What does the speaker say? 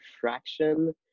fraction